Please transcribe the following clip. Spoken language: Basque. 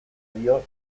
dio